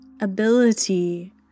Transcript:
ability